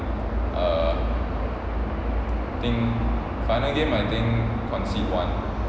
err think final game I think concede one